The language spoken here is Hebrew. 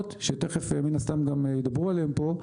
פיקדונות שתיכף מן הסתם גם ידברו עליהם פה,